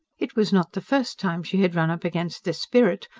it was not the first time she had run up against this spirit,